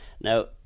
Now